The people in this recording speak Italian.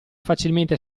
facilmente